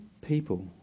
people